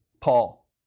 Paul